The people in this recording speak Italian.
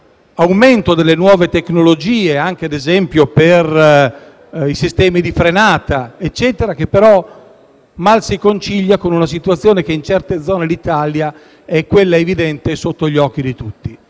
aumento delle nuove tecnologie, ad esempio dei sistemi di frenata, e ciò mal si concilia con una situazione che, in certe zone dell'Italia, è evidente e sotto gli occhi di tutti.